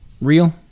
real